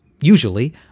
usually